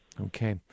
Okay